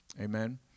Amen